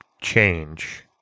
change